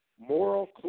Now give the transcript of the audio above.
Moral